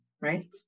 right